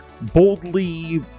boldly